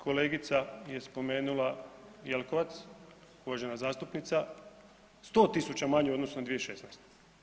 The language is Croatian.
Kolegica je spomenula, Jelkovac, uvažena zastupnica, 100 tisuća manje u odnosu na 2016.